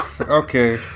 okay